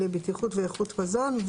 לבטיחות ואיכות מזון.